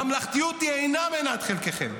ממלכתיות היא אינה מנת חלקכם.